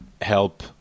help